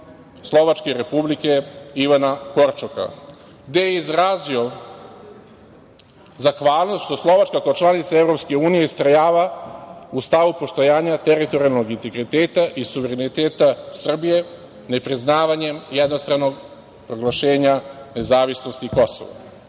Slovačke Republike, Ivana Korčoka, gde je izrazio zahvalnost što Slovačka, kao članica EU je istrajala u stavu postojanja teritorijalnog integriteta i suvereniteta Srbije, nepriznavanjem jednostranog proglašenja nezavisnosti